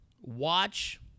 watch